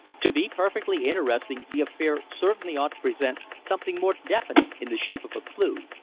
to be perfectly interesting the affair certainly ought to present something more definite in the shape of a clue.